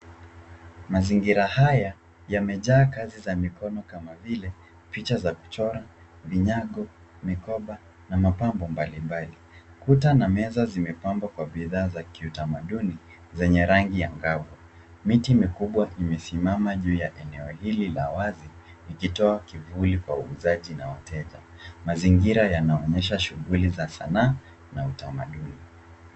Mazingira haya yamejaa kazi za mikono kama vile picha za kuchora, vinyango ,mikoba na mapambo mbalimbali. Kuta na meza zimepamgwa kwa bidhaa za kuutamaduni zenye rangi ya angavu miti mikubwa imesimama juu eneo hili la wazi ikitoa kivuli kwa wauzaji na wateja mazingira yanaonyesha shughuli za sanaa na utamaduni